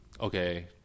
okay